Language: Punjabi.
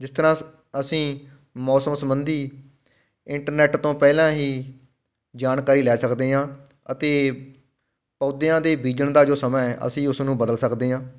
ਜਿਸ ਤਰ੍ਹਾਂ ਅਸ ਅਸੀਂ ਮੌਸਮ ਸੰਬੰਧੀ ਇੰਟਰਨੈੱਟ ਤੋਂ ਪਹਿਲਾਂ ਹੀ ਜਾਣਕਾਰੀ ਲੈ ਸਕਦੇ ਹਾਂ ਅਤੇ ਪੌਦਿਆਂ ਦੇ ਬੀਜਣ ਦਾ ਜੋ ਸਮਾਂ ਹੈ ਅਸੀਂ ਉਸ ਨੂੰ ਬਦਲ ਸਕਦੇ ਹਾਂ